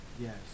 Yes